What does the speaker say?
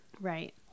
Right